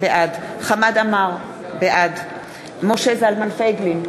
בעד חמד עמאר, בעד משה זלמן פייגלין,